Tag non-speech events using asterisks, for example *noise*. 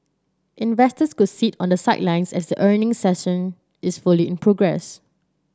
investors could sit on the sidelines as earnings *unintelligible* is fully in progress